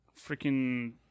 freaking